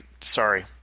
sorry